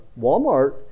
walmart